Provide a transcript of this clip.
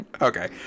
Okay